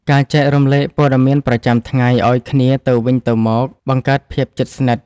ការចែករំលែកព័ត៌មានប្រចាំថ្ងៃឲ្យគ្នាទៅវិញទៅមកបង្កើតភាពជិតស្និទ្ធ។